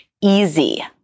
easy